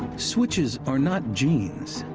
switches are not genes.